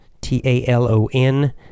t-a-l-o-n